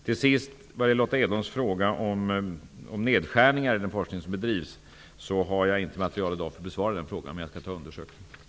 Till sist när det gäller Lotta Edholms fråga om nedskärningar i den forskning som bedrivs har jag i dag inte material för att besvara den frågan. Men jag skall undersöka den.